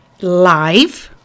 live